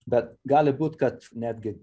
bet gali būt kad netgi